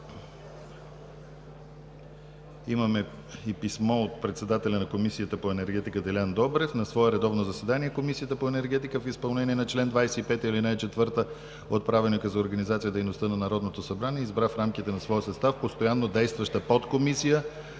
Имаме и писмо от председателя на Комисията по енергетика Делян Добрев: „На свое редовно заседание Комисията по енергетика в изпълнение на чл. 25, ал. 4 от Правилника за организацията и дейността на Народното събрание избра в рамките на своя състав постоянно действаща Подкомисия